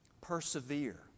Persevere